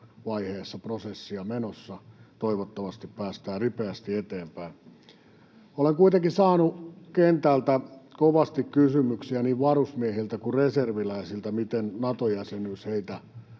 vaiheessa prosessia menossa. Toivottavasti päästään ripeästi eteenpäin. Olen kuitenkin saanut kentältä kovasti kysymyksiä niin varusmiehiltä kuin reserviläisiltä, miten Nato-jäsenyys heitä